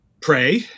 pray